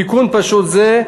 תיקון פשוט זה,